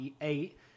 eight